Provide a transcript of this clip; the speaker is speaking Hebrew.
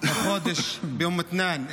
חודש באום מתנאן,